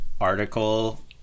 article